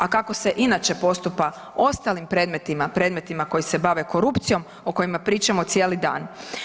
A kako se inače postupa u ostalim predmetima, predmetima koji se bave korupcijom o kojima pričamo cijeli dan.